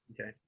Okay